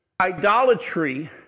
Idolatry